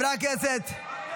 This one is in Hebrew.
כן,